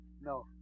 No